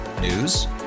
News